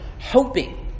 hoping